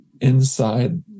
inside